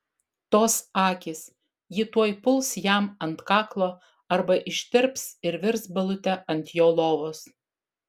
tos akys ji tuoj puls jam ant kaklo arba ištirps ir virs balute ant jo lovos